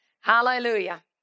Hallelujah